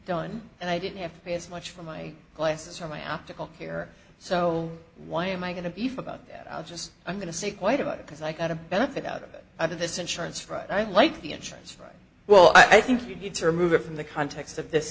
done and i didn't have to pay as much for my glasses for my optical care so why am i going to be for about that i'll just i'm going to see quite a bit because i got a benefit out of it i do this insurance right i like the insurance very well i think you need to remove it from the context of this